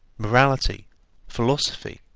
morality philosophy,